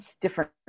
different